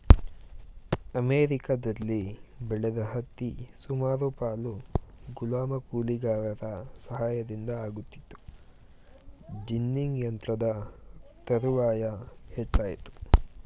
ಅಮೆರಿಕದಲ್ಲಿ ಬೆಳೆದ ಹತ್ತಿ ಸುಮಾರು ಪಾಲು ಗುಲಾಮ ಕೂಲಿಗಾರರ ಸಹಾಯದಿಂದ ಆಗುತ್ತಿತ್ತು ಜಿನ್ನಿಂಗ್ ಯಂತ್ರದ ತರುವಾಯ ಹೆಚ್ಚಾಯಿತು